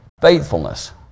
faithfulness